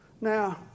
Now